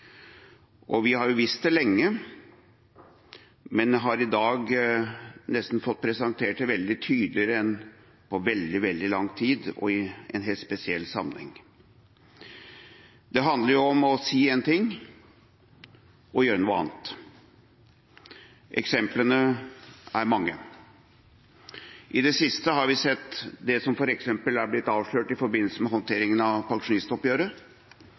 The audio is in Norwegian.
og vi har visst det lenge, men vi har i dag nesten fått det presentert tydeligere enn på veldig lang tid og i en helt spesiell sammenheng. Det handler om å si én ting og gjøre noe annet. Eksemplene er mange. I det siste har vi sett det som f.eks. er blitt avslørt i forbindelse med håndteringen av pensjonistoppgjøret,